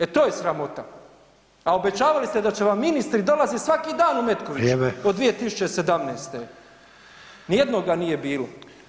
E to je sramota, a obećavali ste da će vam ministri dolazit svaki dan u Metković [[Upadica: Vrijeme]] od 2017., nijednoga nije bilo.